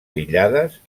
aïllades